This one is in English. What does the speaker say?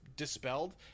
dispelled